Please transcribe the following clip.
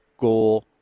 Goal